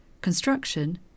construction